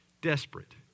desperate